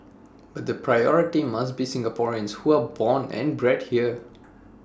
but the priority must be Singaporeans who are born and bred here